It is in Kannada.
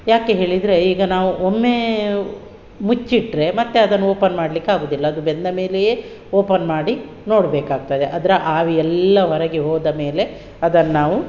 ಯಾಕೆ ಹೇಳಿದರೆ ಈಗ ನಾವು ಒಮ್ಮೆ ಮುಚ್ಚಿಟ್ಟರೆ ಮತ್ತೆ ಅದನ್ನು ಓಪನ್ ಮಾಡಲಿಕ್ಕಾಗುದಿಲ್ಲ ಅದು ಬೆಂದ ಮೇಲೆಯೆ ಓಪನ್ ಮಾಡಿ ನೋಡಬೇಕಾಗ್ತದೆ ಅದರ ಆವಿಯೆಲ್ಲ ಹೊರಗೆ ಹೋದ ಮೇಲೆ ಅದನ್ನು ನಾವು